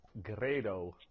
Gredo